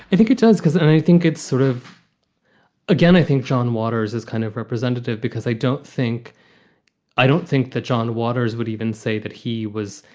i think it does, because and i think it's sort of again, i think john waters is kind of representative because i don't think i don't think that john waters would even say that he was.